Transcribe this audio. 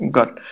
Got